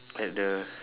at the